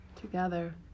together